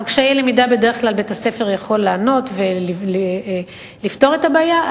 על קשיי למידה בדרך כלל בית-הספר יכול לענות ולפתור את הבעיה.